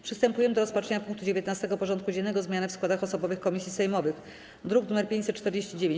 Przystępujemy do rozpatrzenia punktu 19. porządku dziennego: Zmiany w składach osobowych komisji sejmowych (druk nr 549)